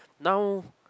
now